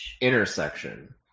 Intersection